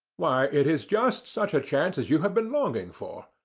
why, it is just such a chance as you have been longing for.